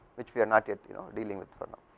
which here not at you know dealing with for now.